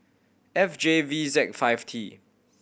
F J V Z five T